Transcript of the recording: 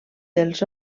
dels